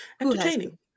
Entertaining